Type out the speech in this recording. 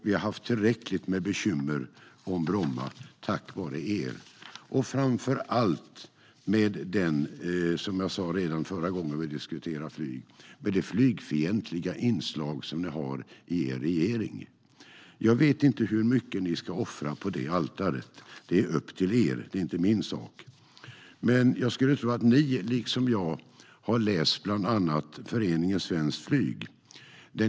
Vi har haft tillräckligt med bekymmer med Bromma på grund av er och - som jag sa redan förra gången vi diskuterade flyg - framför allt i och med det flygfientliga inslag ni har i er regering. Jag vet inte hur mycket ni ska offra på det altaret. Det är upp till er; det är inte min sak. Jag skulle dock tro att ni liksom jag har läst om bland andra Föreningen Svenskt Flyg.